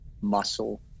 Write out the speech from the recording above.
muscle